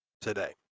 today